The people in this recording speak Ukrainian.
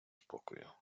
спокою